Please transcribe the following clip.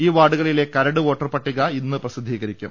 ഈ വാർഡുകളിലെ കരട് വോട്ടർപട്ടിക ഇന്ന് പ്രസിദ്ധീകരിക്കും